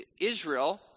Israel